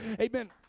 Amen